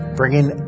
bringing